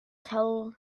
tell